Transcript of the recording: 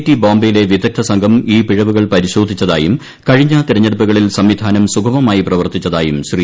T ബോംബയിലെ വിദഗ്ദ്ധ സംഘം ഈ പിഴവുകൾ പരിശോധിച്ചതായും കഴിഞ്ഞ തെരഞ്ഞെടുപ്പുകളിൽ സംവിധാനം സുഗമമായി പ്രവർത്തിച്ചതായും ശ്രീ